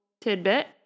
tidbit